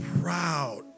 proud